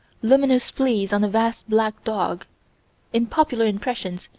luminous fleas on a vast black dog in popular impressions,